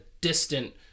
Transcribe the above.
distant